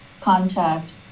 contact